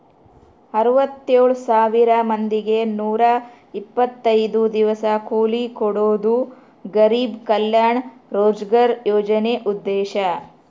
ಅರವತ್ತೆಳ್ ಸಾವಿರ ಮಂದಿಗೆ ನೂರ ಇಪ್ಪತ್ತೈದು ದಿವಸ ಕೂಲಿ ಕೊಡೋದು ಗರಿಬ್ ಕಲ್ಯಾಣ ರೋಜ್ಗರ್ ಯೋಜನೆ ಉದ್ದೇಶ